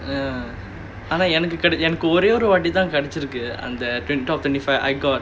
ya ஆனா எனக்கு ஒரே ஒரு வாட்டி தான் கிடைச்சு இருக்கு அந்த:aanaa enakku orae oru vaati thaan kidaichi irukku antha top twenty five I got